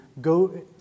go